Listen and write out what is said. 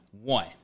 One